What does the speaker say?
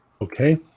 Okay